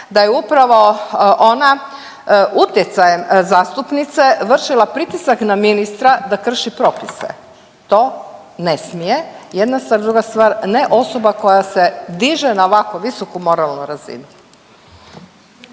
da je upravo ona utjecajem zastupnice vršila pritisak na ministra da krši propise. To ne smije, jedna stvar. Druga stvar, ne osoba koja se diže na ovako visoku moralnu razinu.